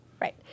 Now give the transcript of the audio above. Right